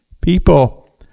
People